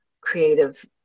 creative